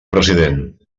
president